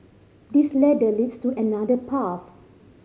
this ladder leads to another path